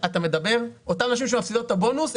אותן נשים שמפסידות את הבונוס,